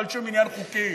לא על שום עניין חוקי,